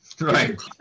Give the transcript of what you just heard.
Right